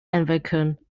entwickeln